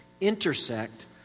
intersect